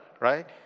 Right